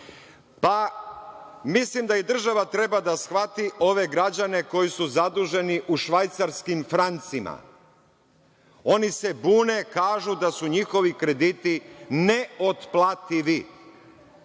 miliona. Mislim da i država treba da shvati ove građane koji su zaduženi u švajcarskim francima. Oni se bune, kažu da su njihovi krediti neotplativi.